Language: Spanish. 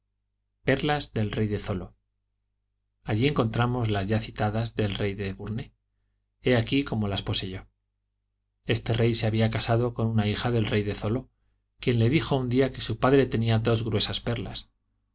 perlas del rey de zoló allí encontraron las ya citadas del rey de burné he aquí cómo las poseyó este rey se había casado con una hija del rey de zoló quien le dijo un día que su padre tenía dos gruesas perlas